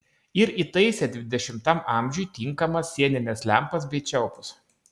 ir įtaisė dvidešimtam amžiui tinkamas sienines lempas bei čiaupus